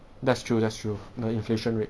that's true that's true the inflation rate